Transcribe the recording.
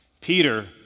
Peter